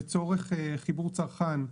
לצורך חיבור צרכן.